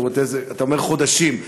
אתה אומר: חודשים.